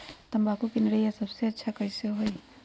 तम्बाकू के निरैया सबसे अच्छा कई से होई?